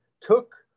took